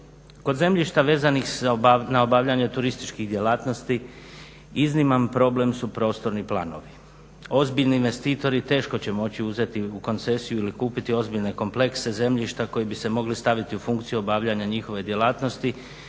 Kod zemljišta vezanih za obavljanje turističkih djelatnosti izniman problem su prostorni planovi. Ozbiljni investitori teško će moći uzeti u koncesiju ili kupiti ozbiljne komplekse zemljišta koji bi se mogli staviti u funkciju obavljanja njihove djelatnosti